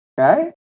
okay